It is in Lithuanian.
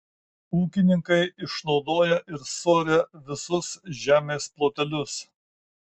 ūkininkai išnaudoja ir suaria visus žemės plotelius